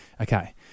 okay